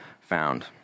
found